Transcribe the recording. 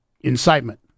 incitement